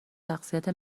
شخصیت